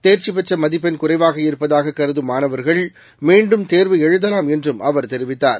தேர்ச்சிபெற்றமதிப்பெண் குறைவாக இருப்பதாககருதும் மாணவர்கள் மீண்டும் தேர்வு எழுதலாம் என்றும் அவர் தெரிவித்தார்